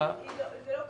זה לא קבוע.